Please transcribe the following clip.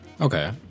Okay